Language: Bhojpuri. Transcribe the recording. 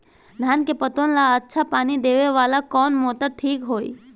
धान के पटवन ला अच्छा पानी देवे वाला कवन मोटर ठीक होई?